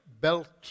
belt